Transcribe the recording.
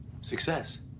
Success